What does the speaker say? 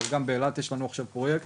אבל גם באילת יש לנו עכשיו פרויקט